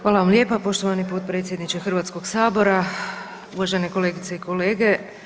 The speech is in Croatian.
Hvala vam lijepa poštovani potpredsjedniče Hrvatskog sabora, uvažene kolegice i kolege.